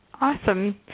Awesome